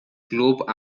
club